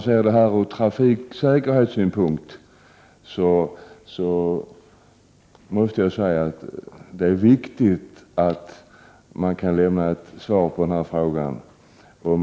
Jag måste säga att det ur trafiksäkerhetssynpunkt är viktigt att ett svar lämnas på den frågan.